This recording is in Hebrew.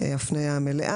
התשמ"ה-1985.